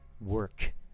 Work